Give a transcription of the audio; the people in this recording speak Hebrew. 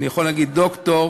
אני יכול להגיד דוקטור,